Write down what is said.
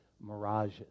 mirages